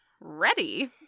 ready